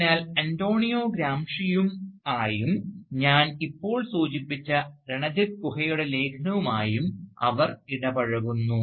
അതിനാൽ അന്റോണിയോ ഗ്രാംസിയുമായും ഞാൻ ഇപ്പോൾ സൂചിപ്പിച്ച രണജിത് ഗുഹയുടെ ലേഖനവുമായും അവർ ഇടപഴകുന്നു